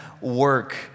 work